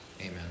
amen